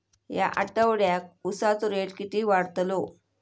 या आठवड्याक उसाचो रेट किती वाढतलो?